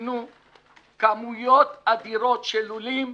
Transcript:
שנבנו כמויות אדירות של לולים,